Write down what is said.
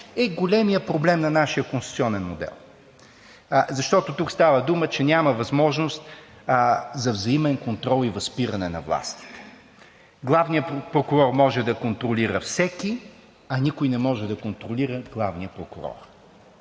е големият проблем на нашия конституционен модел, защото тук става дума, че няма възможност за взаимен контрол и възпиране на властите. Главният прокурор може да контролира всеки, а никой не може да контролира главния прокурор.